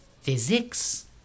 Physics